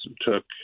took